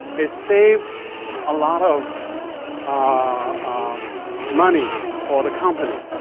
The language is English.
it saves a lot of ah money for the company.